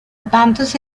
tantos